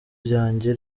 ryanjye